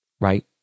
right